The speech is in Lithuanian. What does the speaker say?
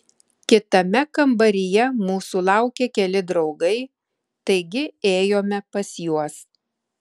kitame kambaryje mūsų laukė keli draugai taigi ėjome pas juos